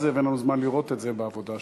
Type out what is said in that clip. זה ואין לנו זמן לראות את זה בעבודה שלנו.